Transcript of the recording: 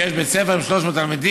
שיש בית ספר עם 300 תלמידים,